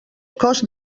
cost